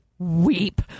Weep